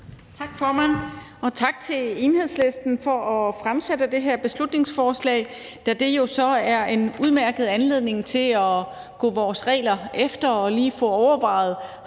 Tak, formand, og tak til Enhedslisten for at fremsætte det her beslutningsforslag, da det jo er en udmærket anledning til at gå vores regler efter og lige få overvejet,